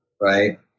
right